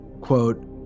quote